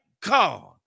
God